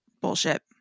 Bullshit